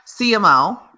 CMO